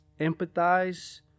empathize